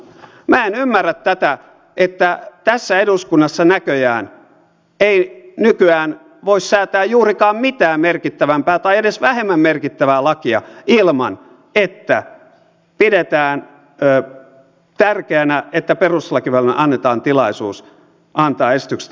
minä en ymmärrä tätä että tässä eduskunnassa näköjään ei nykyään voi säätää juurikaan mitään merkittävämpää tai edes vähemmän merkittävää lakia ilman että pidetään tärkeänä että perustuslakivaliokunnalle annetaan tilaisuus antaa esityksestä lausunto